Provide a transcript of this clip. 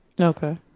Okay